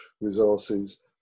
resources